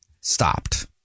stopped